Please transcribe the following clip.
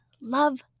love